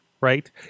right